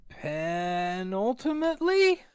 penultimately